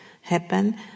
happen